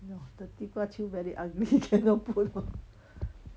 no the 地瓜球 very ugly cannot follow